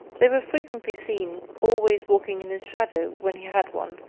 they were frequently seen, always walking in his shadow, when he had one,